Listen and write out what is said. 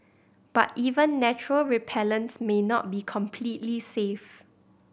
but even natural repellents may not be completely safe